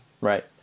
Right